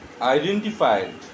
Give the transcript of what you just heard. identified